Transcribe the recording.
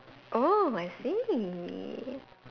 oh I see